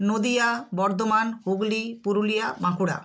Nadia Bardhaman Hooghly Purulia Bankura